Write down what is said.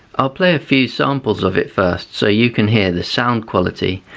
i'll play a few samples of it first so you can hear the sound quality,